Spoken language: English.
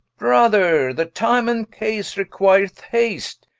brother, the time and case, requireth hast,